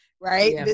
right